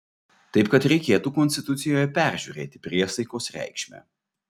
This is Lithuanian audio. taip kad reikėtų konstitucijoje peržiūrėti priesaikos reikšmę